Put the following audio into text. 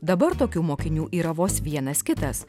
dabar tokių mokinių yra vos vienas kitas